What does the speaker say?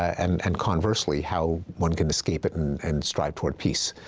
and and conversely, how one can escape it and and strive toward peace.